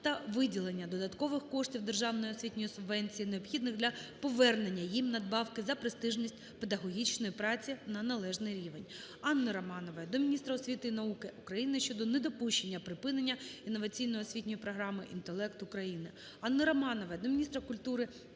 та виділення додаткових коштів державної освітньої субвенції, необхідних для повернення їм надбавки за престижність педагогічної праці на належний рівень. Анни Романової до міністра освіти і науки України щодо недопущення припинення інноваційної освітньої програми "Інтелект України". Анни Романової до міністра культури щодо